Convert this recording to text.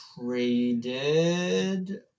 traded